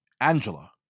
Angela